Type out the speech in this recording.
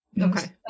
Okay